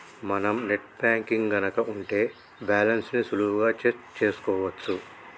మనం net banking గనక ఉంటే బ్యాలెన్స్ ని సులువుగా చెక్ చేసుకోవచ్చు